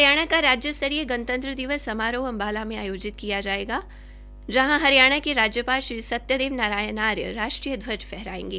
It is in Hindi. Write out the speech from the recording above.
हरियाणा का राज्य स्तरीय गणतन्त्र दिवस समारोह अंबाला में आयोजित किया जाएगा जहां हरियाणा के राज्यपाल श्री सत्यदेव नारायण आर्य राष्ट्रीय ध्वज फहराएंगे